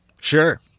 Sure